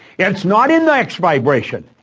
it's not an x vibration,